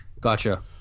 Gotcha